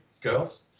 girls